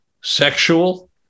sexual